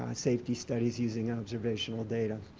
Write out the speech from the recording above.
safety studies using observational data.